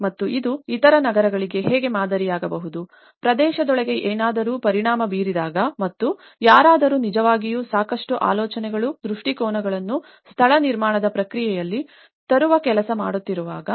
ಮತ್ತು ಇದು ಇತರ ನಗರಗಳಿಗೆ ಹೇಗೆ ಮಾದರಿಯಾಗಬಹುದು ಪ್ರದೇಶದೊಳಗೆ ಏನಾದರೂ ಪರಿಣಾಮ ಬೀರಿದಾಗ ಮತ್ತು ಯಾರಾದರೂ ನಿಜವಾಗಿಯೂ ಸಾಕಷ್ಟು ಆಲೋಚನೆಗಳು ದೃಷ್ಟಿಕೋನಗಳನ್ನು ಸ್ಥಳ ನಿರ್ಮಾಣ ಪ್ರಕ್ರಿಯೆಯಲ್ಲಿ ತರಲು ಕೆಲಸ ಮಾಡುತ್ತಿರುವಾಗ